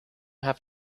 have